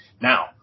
Now